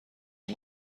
این